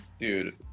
Dude